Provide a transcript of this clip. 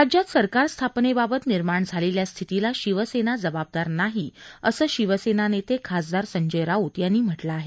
राज्यात सरकार स्थापनेबाबत निर्माण झालेल्या स्थितीला शिवसेना जबाबदार नाही असं शिवसेना नेते खासदार संजय राऊत यांनी म्हटलं आहे